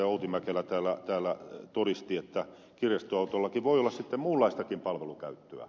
outi mäkelä täällä todisti kirjastoautollakin voi olla sitten muunlaistakin palvelukäyttöä